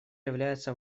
является